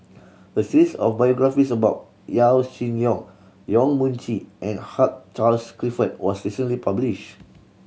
a series of biographies about Yaw Shin Leong Yong Mun Chee and Hugh Charles Clifford was recently published